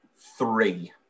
three